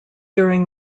during